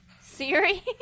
Siri